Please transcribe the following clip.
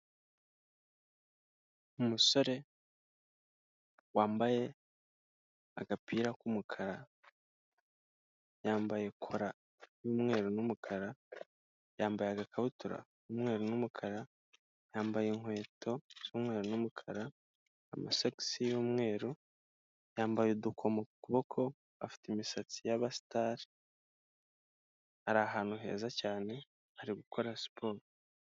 Umusore wambaye agapira k'umukara yambaye kora y'umweru n'umukara yambaye agakabutura k'umweru n'umukara, yambaye inkweto z'umweru n'umukara amasosagisi y'umweru, yambaye udukomo ku kuboko, afite imisatsi y'abasitari ari ahantu heza cyane ari gukora siporo.